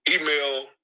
Email